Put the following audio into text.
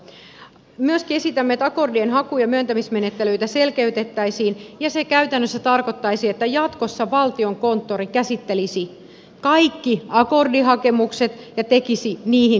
myöskin esitämme että akordien haku ja myöntämismenettelyitä selkeytettäisiin ja se käytännössä tarkoittaisi että jatkossa valtiokonttori käsittelisi kaikki akordihakemukset ja tekisi niihin liittyvät päätökset